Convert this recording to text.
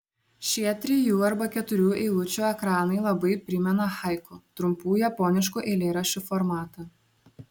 šie trijų arba keturių eilučių ekranai labai primena haiku trumpų japoniškų eilėraščių formatą